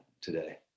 today